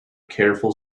careful